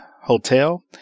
Hotel